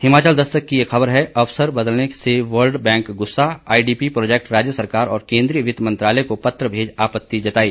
हिमाचल दस्तक की एक खबर है अफसर बदलने से वर्ल्ड बैंक गुस्सा आईडीपी प्रोजैक्ट राज्य सरकार और केंद्रीय वित्त मंत्रालय को पत्र भेज आपत्ति जताई